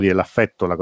l'affetto